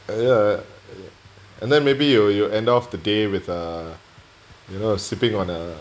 and ya and then maybe you you end off the day with uh you know sipping on a